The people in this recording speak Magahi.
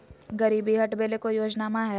गरीबी हटबे ले कोई योजनामा हय?